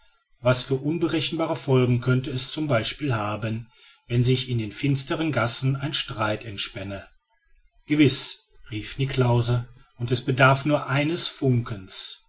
was für unberechenbare folgen könnte es z b haben wenn sich in den finsteren gassen ein streit entspänne gewiß rief niklausse und es bedarf nur eines funkens